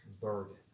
burden